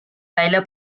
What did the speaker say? välja